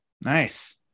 Nice